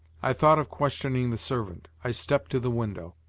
i thought of questioning the servant, i stepped to the window.